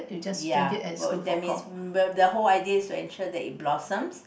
yeah !wow! that means the their whole idea will ensure that it blossoms